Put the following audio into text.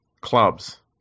clubs